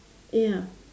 ya